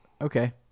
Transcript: Okay